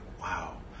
wow